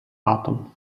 атом